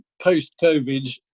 post-Covid